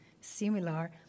similar